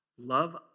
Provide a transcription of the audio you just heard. Love